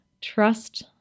Trust